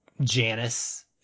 janice